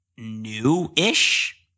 new-ish